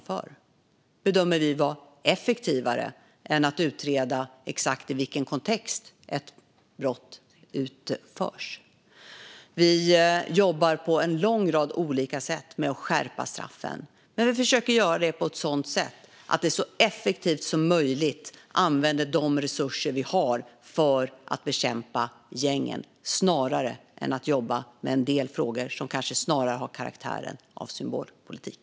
Detta bedömer vi vara effektivare än att utreda i exakt vilken kontext ett brott begåtts. Vi jobbar på en lång rad olika sätt med att skärpa straffen, men vi försöker att göra detta på ett sådant sätt att vi så effektivt som möjligt kan använda de resurser vi har för att bekämpa gängen, i stället för att jobba med en del frågor som kanske snarare har karaktären av symbolpolitik.